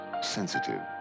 sensitive